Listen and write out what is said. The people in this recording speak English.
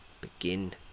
Begin